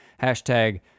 hashtag